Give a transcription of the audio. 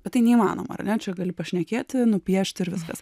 bet tai neįmanoma ar ne čia gali pašnekėti nupiešti ir viskas